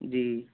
जी